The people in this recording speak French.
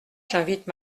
j’invite